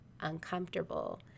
uncomfortable